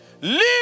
Leave